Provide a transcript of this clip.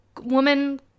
Woman